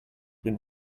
been